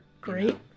great